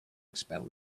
expel